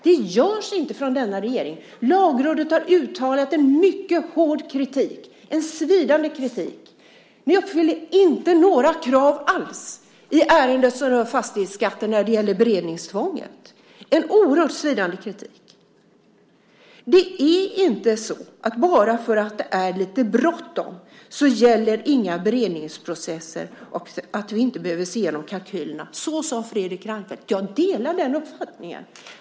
Det görs inte från denna regering. Lagrådet har uttalat mycket hård kritik, svidande kritik. Ni uppfyller inte några krav alls i det ärende som rör fastighetsskatten när det gäller beredningstvånget. Det har riktats svidande kritik. Det är inte så att inga beredningsprocesser gäller bara för att det är lite bråttom, eller att vi inte behöver se igenom kalkylerna. Så sade Fredrik Reinfeldt. Jag delar den uppfattningen.